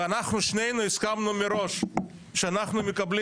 אנחנו שנינו הסכמנו מראש שאנחנו מקבלים